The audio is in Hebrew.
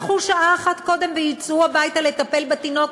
ייקחו שעה ויצאו שעה אחת קודם הביתה לטפל בתינוק.